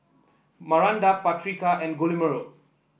Maranda Patrica and Guillermo